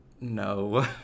No